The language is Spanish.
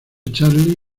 charly